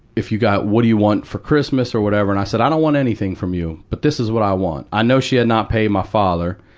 if you got what do you want for christmas? or, whatever. and i said, i don't want anything from you. but this is what i want. i know she had not paid my father,